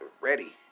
Ready